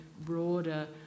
broader